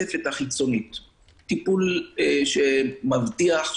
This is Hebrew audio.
פרוטוקול מס' 10 מישיבת ועדת המשנה למודיעין